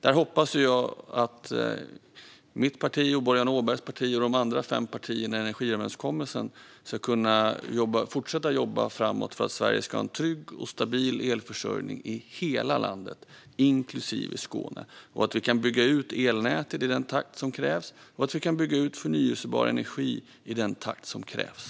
Jag hoppas att mitt parti, Boriana Åbergs parti och de fem övriga partierna i energiöverenskommelsen fortsatt ska kunna jobba framåt för att Sverige ska ha en trygg och stabil elförsörjning i hela landet, inklusive Skåne, och att vi kan bygga ut både elnät och förnybar energi i den takt som krävs.